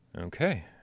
okay